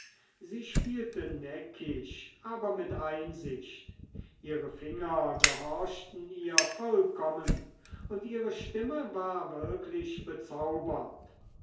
sie spielte neckisch aber mit einsicht ihre finger gehorchten ihr vollkommen und ihre stimme war wirklich bezaubernd